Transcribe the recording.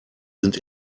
sind